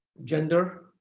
gender,